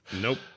Nope